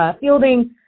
Fielding